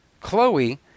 Chloe